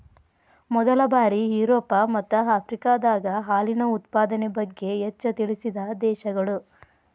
ಮೊದಲ ಬಾರಿ ಯುರೋಪ ಮತ್ತ ಆಫ್ರಿಕಾದಾಗ ಹಾಲಿನ ಉತ್ಪಾದನೆ ಬಗ್ಗೆ ಹೆಚ್ಚ ತಿಳಿಸಿದ ದೇಶಗಳು